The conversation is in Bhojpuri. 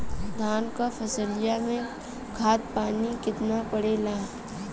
धान क फसलिया मे खाद पानी कितना पड़े ला?